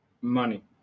Money